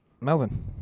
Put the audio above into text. Melvin